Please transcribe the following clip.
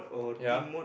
ya